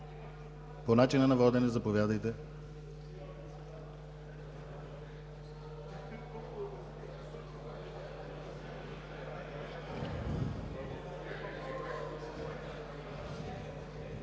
По начина на водене, заповядайте.